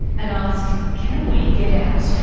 and ask can we get out?